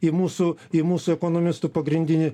į mūsų į mūsų ekonomistų pagrindinį